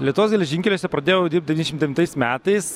lietuvos geležinkeliuose pradėjau dirbt devyndešim devintais metais